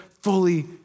fully